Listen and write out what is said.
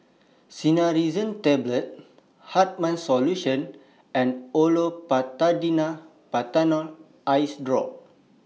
Cinnarizine Tablets Hartman's Solution and Olopatadine Patanol Eyedrop